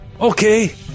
Okay